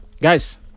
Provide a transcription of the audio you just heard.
guys